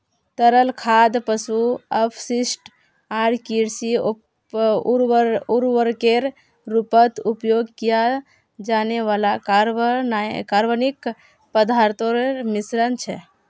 तरल खाद पशु अपशिष्ट आर कृषि उर्वरकेर रूपत उपयोग किया जाने वाला कार्बनिक पदार्थोंर मिश्रण छे